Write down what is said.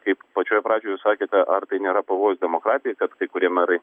kaip pačioj pradžioj sakėte ar tai nėra pavojus demokratijai kad kai kurie merai